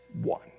one